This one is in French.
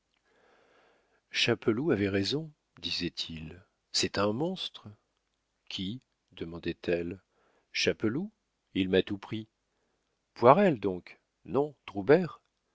chapeloud avait raison disait-il c'est un monstre qui demandait-elle chapeloud il m'a tout pris poirel donc non